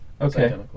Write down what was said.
Okay